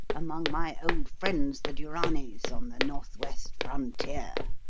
among my old friends the duranis on the north-west frontier.